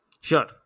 Sure